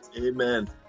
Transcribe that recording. Amen